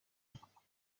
digwyddiad